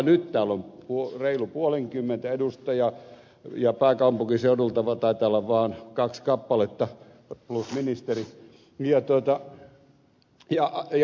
nyt täällä on reilut puolenkymmentä edustajaa ja pääkaupunkiseudulta taitaa olla vain kaksi kappaletta plus ministeri